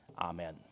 Amen